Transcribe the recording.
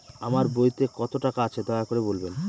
আমার বইতে কত টাকা আছে দয়া করে বলবেন?